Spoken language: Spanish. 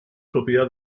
propiedad